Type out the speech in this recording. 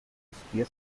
cuspir